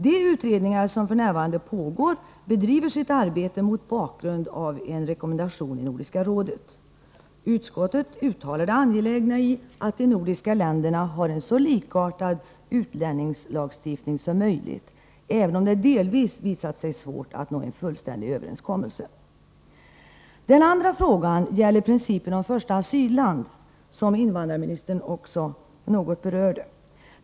De utredningar som f.n. pågår bedriver sitt arbete mot bakgrund av en rekommendation i Nordiska rådet. Utskottet uttalar det angelägna i att de nordiska länderna har en så likartad utlänningslagstiftning som möjligt, även om det i viss mån visat sig vara svårt att nå fullständig överensstämmelse. Vidare gäller det principen om första asylland — vilket invandrarministern något berörde.